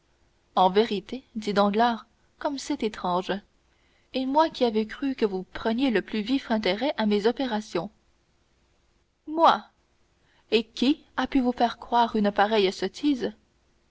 en vérité dit danglars comme c'est étrange et moi qui avais cru que vous preniez le plus vif intérêt à mes opérations moi et qui a pu vous faire croire une pareille sottise